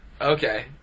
Okay